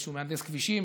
איזשהו מהנדס כבישים,